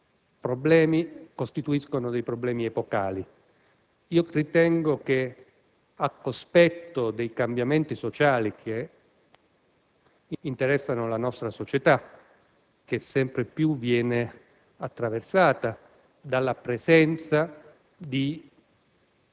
tutto ciò definisce un problema epocale. Io ritengo che, al cospetto dei cambiamenti sociali che interessano la nostra società che sempre più viene attraversata dalla presenza di